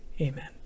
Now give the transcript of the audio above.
Amen